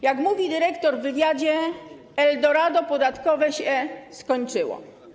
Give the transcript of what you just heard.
Jak mówił dyrektor w wywiadzie, eldorado podatkowe się skończyło.